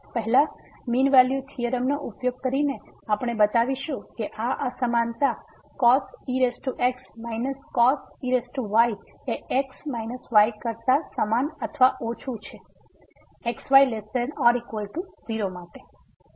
પહેલા mean value થીયોરમનો ઉપયોગ કરીને આપણે બતાવીશું કે આ અસમાનતા cos ex cos ey એ x y કરતાં સમાન અથવા ઓછું છે xy≤0 માટે